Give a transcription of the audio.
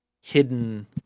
hidden